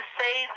say